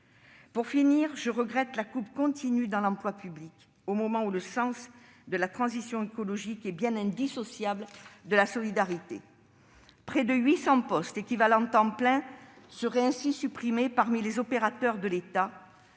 Pour finir, je regrette la coupe continue dans l'emploi public au moment où le sens de la transition écologique est bien indissociable de la solidarité. Près de 800 postes équivalents temps plein seraient ainsi supprimés parmi les opérateurs de l'État,